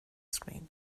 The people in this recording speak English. screen